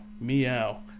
Meow